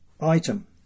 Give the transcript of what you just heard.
Item